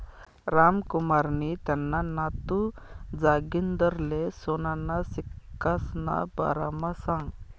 रामकुमारनी त्याना नातू जागिंदरले सोनाना सिक्कासना बारामा सांगं